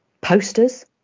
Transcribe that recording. posters